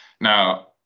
Now